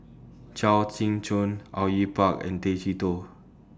Chao Tzee Cheng Au Yue Pak and Tay Chee Toh